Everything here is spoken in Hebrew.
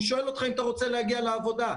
שואל אותך אם אתה רוצה להגיע לעבודה,